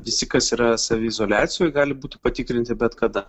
visi kas yra saviizoliacijoj gali būt patikrinti bet kada